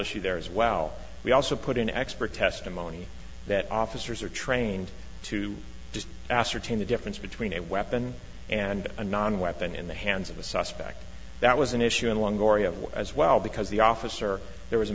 issue there as well we also put in expert testimony that officers are trained to just ascertain the difference between a weapon and a non weapon in the hands of a suspect that was an issue in long oriel as well because the officer there was a